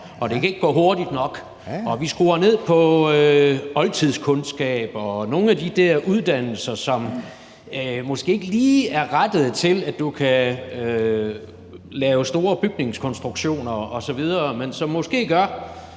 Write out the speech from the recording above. og det kan ikke gå hurtigt nok. Og vi skruer ned for oldtidskundskab og nogle af de her uddannelser, som måske ikke lige er rettet til, at du kan lave store bygningskonstruktioner osv., men som måske gør,